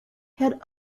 had